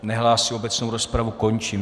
Nehlásí, obecnou rozpravu končím.